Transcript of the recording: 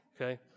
okay